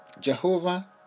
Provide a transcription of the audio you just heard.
Jehovah